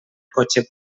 cotxer